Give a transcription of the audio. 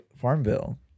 Farmville